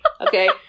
okay